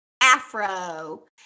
Afro-